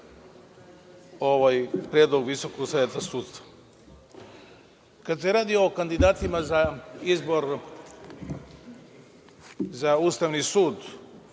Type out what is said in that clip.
ovaj predlog Visokog saveta sudstva. Kada se radi o kandidatima za izbor za Ustavni sud,